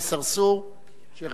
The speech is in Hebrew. שיח'